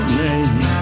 name